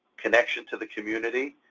connection to the community,